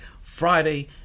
Friday